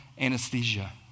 anesthesia